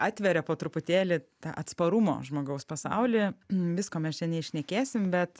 atveria po truputėlį tą atsparumo žmogaus pasaulį visko mes čia neiššnekėsim bet